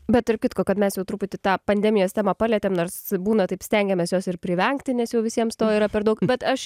bet tarp kitko kad mes jau truputį tą pandemijos temą palietėm nors būna taip stengiamės jos ir privengti nes jau visiems to yra per daug bet aš